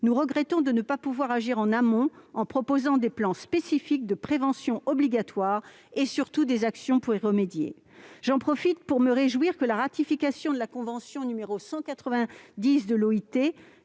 nous regrettons de ne pouvoir agir en amont en proposant des plans spécifiques de prévention obligatoires et surtout des actions concrètes. J'en profite pour me réjouir que la ratification de la convention n° 190 de